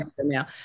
now